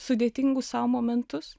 sudėtingus sau momentus